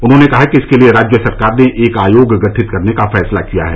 उन्होंने कहा कि इसके लिए राज्य सरकार ने एक आयोग गठित करने का फैसला किया है